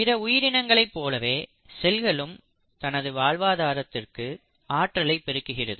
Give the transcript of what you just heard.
பிற உயிரினங்களைப் போலவே செல்களும் தனது வாழ்வாதாரத்திற்கு ஆற்றலைப் பெறுகிறது